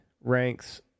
ranks